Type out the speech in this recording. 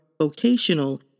vocational